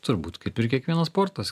turbūt kaip ir kiekvienas sportas